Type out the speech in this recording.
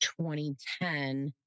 2010